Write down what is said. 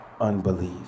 unbelief